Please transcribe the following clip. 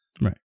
Right